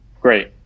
Great